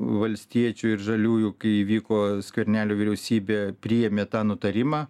valstiečių ir žaliųjų kai įvyko skvernelio vyriausybė priėmė tą nutarimą